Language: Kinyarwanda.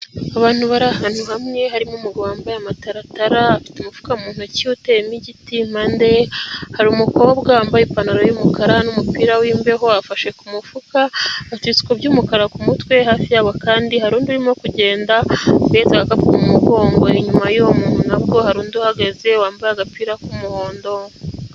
Abantu bari ahantu hamwe ,harimo umuntu wambaye amataratara, afite umufuka mu ntoki uteyemo igiti. lmpande ye hari umukobwa wambaye ipantaro y'umukara ,n'umupira w'imbeho, afashe ku mufuka. Afite ibisuko by'umukara ku mutwe ,hafi y'abo kandi hari undi urimo kugenda uhetse agakapu mu mugongo, inyuma y'uwo muntu nabwo hari undi uhagaze ,wambaye agapira k'umuhondo.